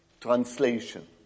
translation